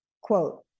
Quote